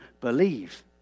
believe